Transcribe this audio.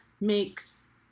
makes